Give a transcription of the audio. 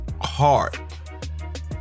heart